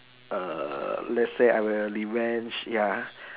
err let's say I will revenge ya